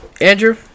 Andrew